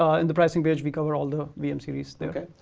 ah in the pricing page, we cover all the vm series there.